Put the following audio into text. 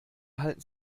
halten